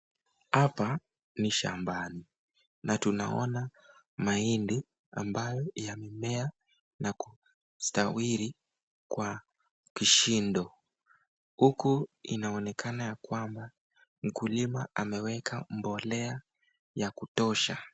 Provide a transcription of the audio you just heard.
hapa ni shambani, na tunaona mahindi ambayo yamemea na kustawiri kwa kishindo. Huku inaonekana ya kwamba mkulima ameweka mbolea ya kutosha.